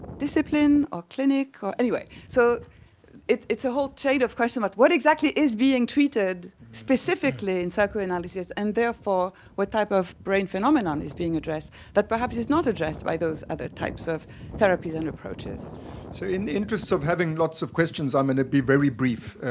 discipline or clinic or anyway. so it's it's a whole chain of questions, but what exactly is being treated specifically in psychoanalysis, and therefore, what type of brain phenomenon is being addressed that perhaps is not addressed by those other types of therapies and approaches. solms so in the interests of having lots of questions i'm going to be very brief.